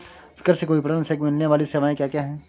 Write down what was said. कृषि को विपणन से मिलने वाली सेवाएँ क्या क्या है